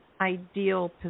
ideal